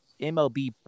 MLB